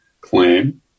claim